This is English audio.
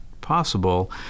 possible